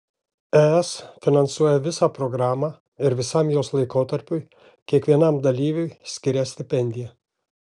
es finansuoja visą programą ir visam jos laikotarpiui kiekvienam dalyviui skiria stipendiją